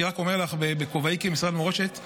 אני רק אומר לך בכובעי כמשרד מורשת,